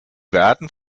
werden